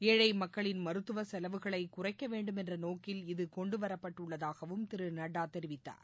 ஏழை மக்களின் மருத்துவ செலவுகளை குறைக்க வேண்டும் என்ற நோக்கில் கொண்டு இது வரப்பட்டுள்ளதாகவும் திரு நட்டா தெரிவித்தார்